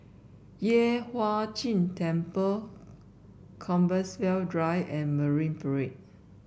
Yueh Hai Ching Temple Compassvale Drive and Marine Parade